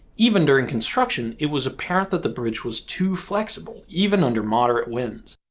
even during construction, it was apparent that the bridge was too flexible even under moderate winds.